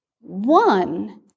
One